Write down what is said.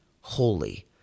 holy